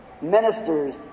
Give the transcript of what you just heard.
ministers